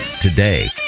today